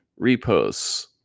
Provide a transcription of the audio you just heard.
reposts